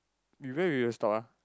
where we will stop ah